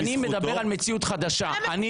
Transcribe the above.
אני מדבר על מציאות חדשה.